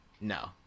no